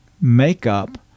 makeup